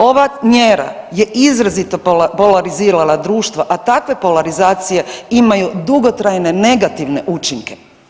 Ova mjera je izrazito polarizirala društvo, a takve polarizacije imaju dugotrajne negativne učinke.